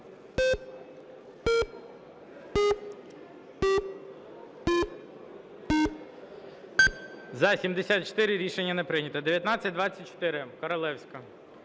За-74 Рішення не прийнято. 1924, Королевська.